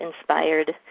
inspired